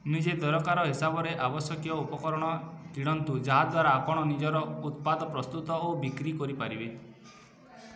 ନିଜ ଦରକାର ହିସାବରେ ଆବଶ୍ୟକୀୟ ଉପକରଣ କିଣନ୍ତୁ ଯାହା ଦ୍ୱାରା ଆପଣ ନିଜର ଉତ୍ପାଦ ପ୍ରସ୍ତୁତ ଓ ବିକ୍ରି କରିପାରିବେ